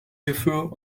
hierfür